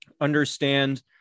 understand